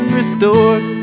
restored